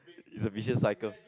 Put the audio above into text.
it's a vicious cycle